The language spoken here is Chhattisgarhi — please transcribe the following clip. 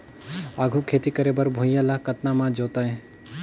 आघु खेती करे बर भुइयां ल कतना म जोतेयं?